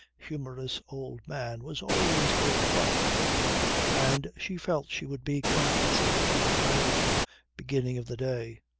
humorous, old man was always great fun and she felt she would be compensated for the tiresome beginning of the day.